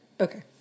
Okay